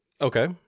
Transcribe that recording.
Okay